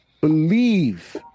believe